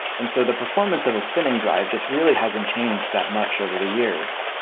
and so the performance of a spinning drive just really hasn't changed that much over the years,